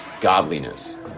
godliness